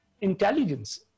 intelligence